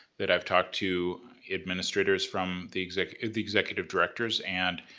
that i've talked to administrators from the executive the executive directors and